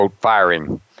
firing